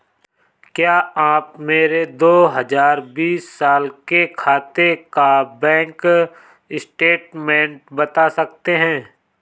क्या आप मेरे दो हजार बीस साल के खाते का बैंक स्टेटमेंट बता सकते हैं?